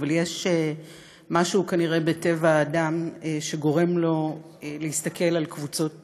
אבל יש משהו כנראה בטבע האדם שגורם לו להסתכל על קבוצות